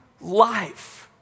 life